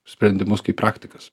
sprendimus kaip praktikas